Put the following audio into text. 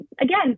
again